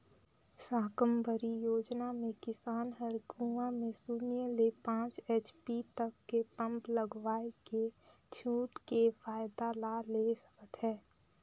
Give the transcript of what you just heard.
साकम्बरी योजना मे किसान हर कुंवा में सून्य ले पाँच एच.पी तक के पम्प लगवायके छूट के फायदा ला ले सकत है